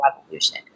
revolution